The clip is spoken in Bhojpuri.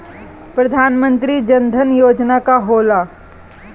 प्रधानमंत्री जन धन योजना का होला?